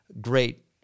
great